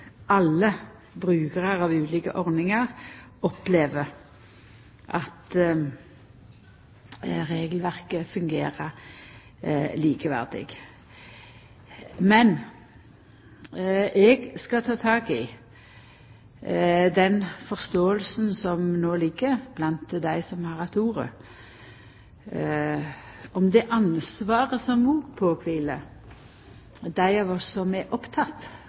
alle brukarar av ulike ordningar opplever at regelverket fungerer likt. Men eg skal ta tak i den forståinga som no ligg hos dei som har hatt ordet, av det ansvaret som kviler på dei av oss som er